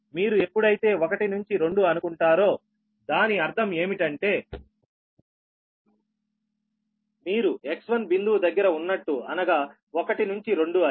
మీరు ఎప్పుడైతేఒకటి నుంచి రెండు అనుకుంటారో దాని అర్థం ఏమిటంటే మీరు X1 బిందువు దగ్గర ఉన్నట్టు అనగా 1 నుంచి 2 అని